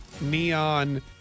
neon